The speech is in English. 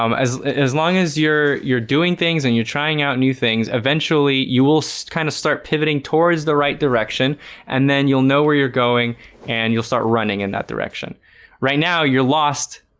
um as as long as you're you're doing things and you're trying out new things eventually you will so kind of start pivoting towards the right direction and then you'll know where you're going and you'll start running in that direction right. now you're lost.